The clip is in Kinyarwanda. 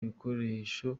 ibikoresho